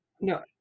No